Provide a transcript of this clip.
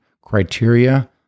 criteria